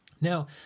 Now